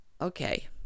Okay